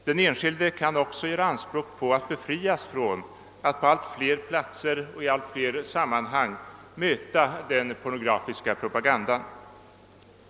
Den enskilde kan också göra anspråk på att befrias från att på allt fler platser och i allt fler sammanhang möta den pornografiska propagandan.